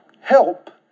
help